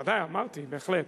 בוודאי, אמרתי, בהחלט.